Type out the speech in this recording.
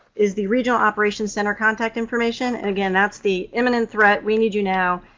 is the regional operations center contact information. and, again, that's the imminent threat, we need you now,